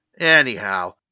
Anyhow